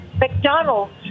McDonald's